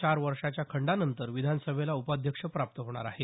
चार वर्षाच्या खंडानंतर विधानसभेला उपाध्यक्ष प्राप्त होणार आहे